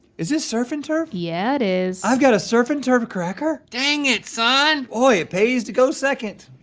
is this surf and turf? yeah it is. i've got a surf and turf cracker? dang it, son. oh it pays to go second.